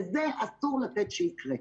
וזה אסור לתת שיקרה.